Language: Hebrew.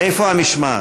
איפה המשמעת?